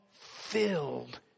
filled